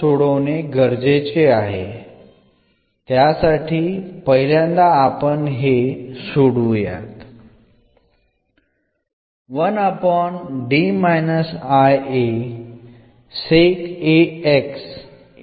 സമാനമായി രണ്ടാമത്തേത് എന്ന് ലഭിക്കുന്നു